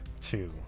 two